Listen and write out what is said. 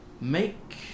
make